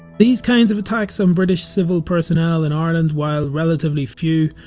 these kinds of attacks on british civil personnel in ireland, while relatively few,